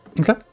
okay